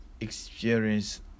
experience